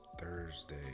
Thursday